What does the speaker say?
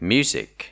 Music